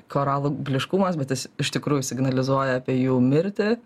koralų blyškumas bet jis iš tikrųjų signalizuoja apie jų mirtį